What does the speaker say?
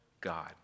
God